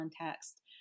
context